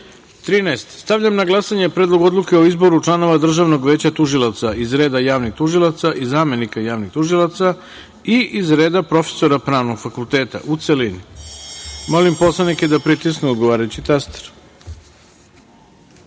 tačka. Stavljam na glasanje Predlog odluke o izboru članova Državnog veća tužilaca iz reda javnih tužilaca i zamenika javnih tužilaca i iz reda profesora pravnog fakulteta, u celini. Molim poslanike da pritisnu odgovarajući